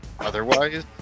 Otherwise